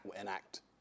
enact